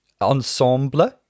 ensemble